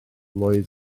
blwydd